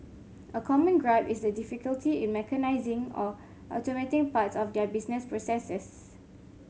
a common gripe is the difficulty in mechanising or automating parts of their business processes